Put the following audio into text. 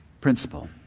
Principle